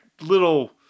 little